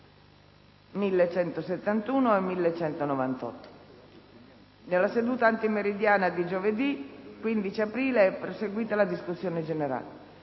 nella seduta antimeridiana del 15 aprile è proseguita la discussione generale.